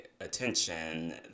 attention